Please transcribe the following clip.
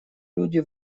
люди